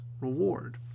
reward